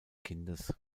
kindes